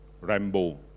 Rambo